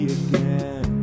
again